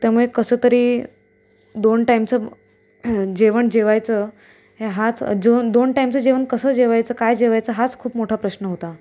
त्यामुळे कसं तरी दोन टाइमचं जेवण जेवायचं हे हाच झोन दोन टाइमचं जेवण कसं जेवायचं काय जेवायचं हाच खूप मोठा प्रश्न होता